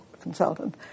consultant